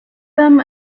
them